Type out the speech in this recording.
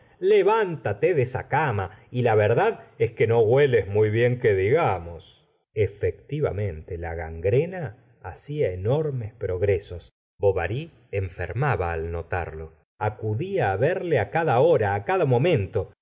levántate de esa camal y la verdad es que no hueles muy bien que digamos efectivamente la gangrena hacia enormes progresos bovary enfermaba al notarlo acudía á verle á cada hora á cada momento